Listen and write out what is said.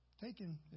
taken